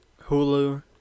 Hulu